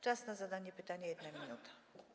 Czas na zadanie pytania - 1 minuta.